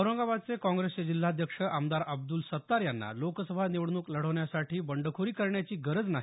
औरंगाबादचे काँग्रेसचे जिल्हाध्यक्ष आमदार अब्दुल सत्तार यांना लोकसभा निवडणूक लढवण्यासाठी बंडखोरी करण्याची गरज नाही